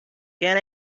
can